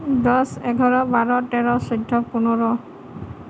দছ এঘাৰ বাৰ তেৰ চৈধ্য পোন্ধৰ